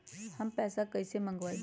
हम पैसा कईसे मंगवाई?